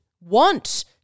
want